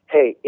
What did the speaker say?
Hey